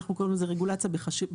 אנחנו קוראים לזה רגולציה בחשכה.